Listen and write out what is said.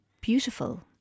beautiful